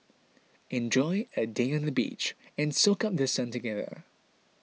enjoy a day on the beach and soak up The Sun together